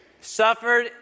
suffered